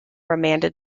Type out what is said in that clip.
remanded